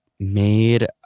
made